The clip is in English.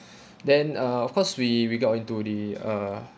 then uh of course we we got into the uh